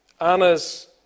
Anna's